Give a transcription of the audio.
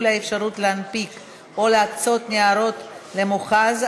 האפשרות להנפיק או להקצות ניירות ערך למוכ"ז),